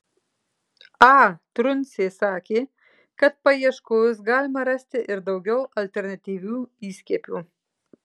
a truncė sakė kad paieškojus galima rasti ir daugiau alternatyvių įskiepių